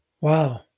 Wow